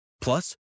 Plus